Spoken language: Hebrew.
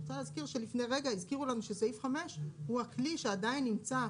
אני רוצה להזכיר שלפני רגע הזכירו לנו שסעיף 5 הוא הכלי שעדיין נמצא,